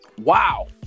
Wow